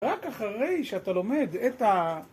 רק אחרי שאתה לומד את ה...